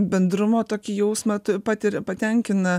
bendrumo tokį jausmą patiria patenkina